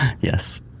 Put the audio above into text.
Yes